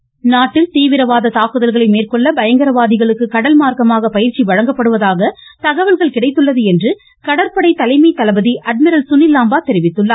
ஒஒஒஒ சுனில் லாம்பா நாட்டில் தீவிரவாத தாக்குதல்களை மேற்கொள்ள பயங்கரவாதிகளுக்கு கடல் மார்க்கமாக பயிற்சி வழங்கப்படுவதாக தகவல்கள் கிடைத்துள்ளது என்று கடற்படை தலைமை தளபதி அட்மிரல் சுனில் லாம்பா தெரிவித்திருக்கிறார்